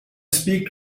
speak